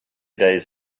days